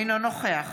אינו נוכח